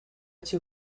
two